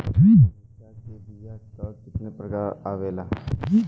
मिर्चा के बीया क कितना प्रकार आवेला?